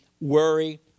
worry